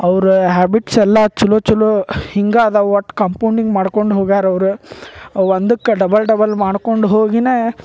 ಅವ್ರ ಹ್ಯಾಬಿಟ್ಸೆಲ್ಲ ಚಲೋ ಚಲೋ ಹಿಂಗಾ ಅದವ ಒಟ್ಟು ಕಂಪೌಂಡಿಂಗ್ ಮಾಡ್ಕೊಂಡು ಹೊಗ್ಯಾರ ಅವ್ರು ಒಂದಕ್ಕೆ ಡಬಲ್ ಡಬಲ್ ಮಾಡ್ಕೊಂಡು ಹೋಗಿಯೇ